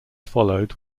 followed